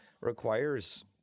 requires